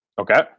Okay